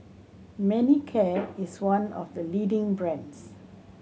Manicare is one of the leading brands